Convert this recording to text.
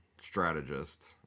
strategist